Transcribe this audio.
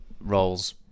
roles